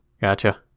Gotcha